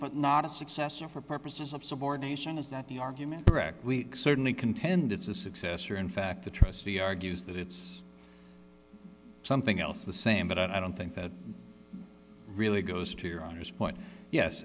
but not a successor for purposes of subordination is that the argument correct we certainly contend it's a successor in fact the trustee argues that it's something else the same but i don't think that really goes to your honor's point yes